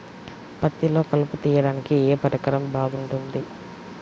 పత్తిలో కలుపు తీయడానికి ఏ పరికరం బాగుంటుంది?